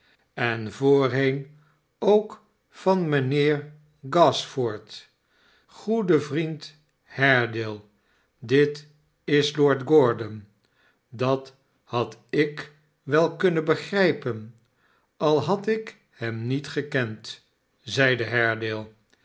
en voorheen ook van mijnheer gashford goede vriend haredale dit is lord gordon dat had ik wel kunnen begrijpen al had ik hem niet gekend zeide